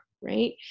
right